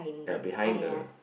ya behind the